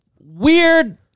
weird